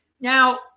Now